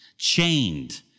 Chained